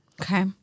Okay